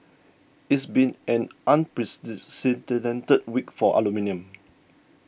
it's been an unprecedented week for aluminium